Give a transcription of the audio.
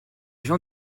gens